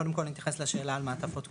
קודם כל אני אתייחס לשאלה על מעטפות כפולות,